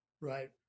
right